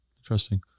Interesting